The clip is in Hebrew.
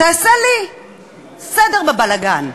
תעשה לי סדר בבלגן.